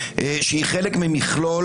היא חלק ממכלול,